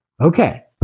Okay